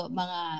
mga